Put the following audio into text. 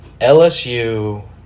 LSU